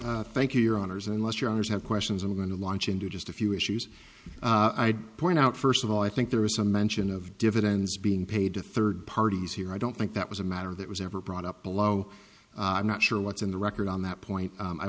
johnson thank you your honors unless your honour's have questions i'm going to launch into just a few issues i'd point out first of all i think there was some mention of dividends being paid to third parties here i don't think that was a matter that was ever brought up below i'm not sure what's in the record on that point